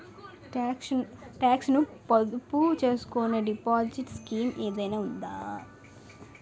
Talks ను పొదుపు చేసుకునే డిపాజిట్ స్కీం ఏదైనా ఉందా?